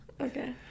Okay